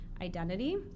identity